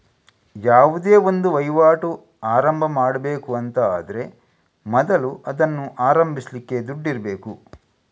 ಯಾವುದೇ ಒಂದು ವೈವಾಟು ಆರಂಭ ಮಾಡ್ಬೇಕು ಅಂತ ಆದ್ರೆ ಮೊದಲು ಅದನ್ನ ಆರಂಭಿಸ್ಲಿಕ್ಕೆ ದುಡ್ಡಿರ್ಬೇಕು